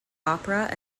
opera